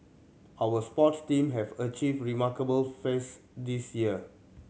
our sports team have achieved remarkable feats this year